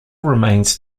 remains